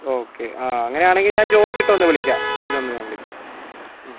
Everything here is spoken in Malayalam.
ഓക്കെ ആ അങ്ങനെയാണെങ്കിൽ ഞാൻ ചോദിച്ചിട്ടൊന്ന് വിളിക്കാം ഇതൊന്ന് ഞാൻ വിളിക്കാം